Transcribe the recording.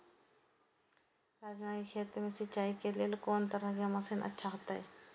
राजमा के खेत के सिंचाई के लेल कोन तरह के मशीन अच्छा होते?